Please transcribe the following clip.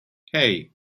hey